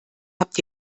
habt